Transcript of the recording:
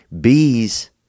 Bees